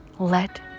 Let